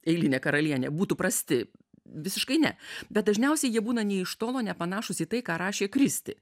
eilinė karalienė būtų prasti visiškai ne bet dažniausiai jie būna nė iš tolo nepanašūs į tai ką rašė kristi